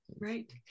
Right